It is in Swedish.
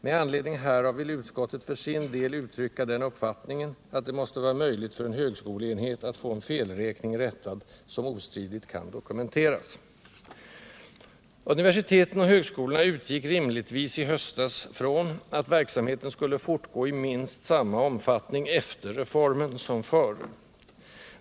Med anledning härav vill utskottet för sin del uttrycka den uppfattningen att det måste vara möjligt för en högskoleenhet att få en felräkning rättad som ostridigt kan dokumenteras.” Universiteten och högskolorna utgick rimligtvis i höstas från att verksamheten skulle fortgå i minst samma omfattning efter reformen som före.